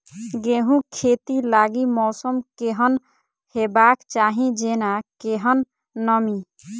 गेंहूँ खेती लागि मौसम केहन हेबाक चाहि जेना केहन नमी?